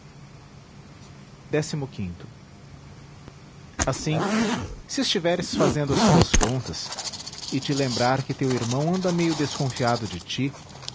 pelos ssim se estiveres fazendo as tuas contas e te lembrar que teu irmão anda meio desconfiado de ti